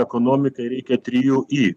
ekonomikai reikia trijų i